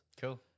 Cool